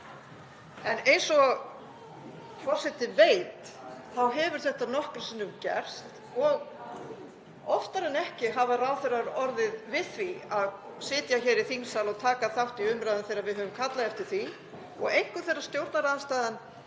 Eins og forseti veit hefur þetta nokkrum sinnum gerst og oftar en ekki hafa ráðherrar orðið við því að sitja í þingsal og taka þátt í umræðunni þegar við höfum kallað eftir því og einkum þegar stjórnarandstaðan